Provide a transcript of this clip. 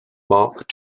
mark